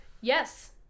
Yes